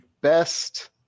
best